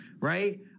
right